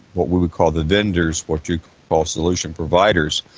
what we would call the vendors, what you'd call solution providers,